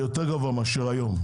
יהיה יותר גבוה מאשר היום,